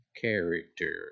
character